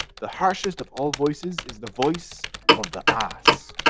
the harshest of all voices is the voice of the ass.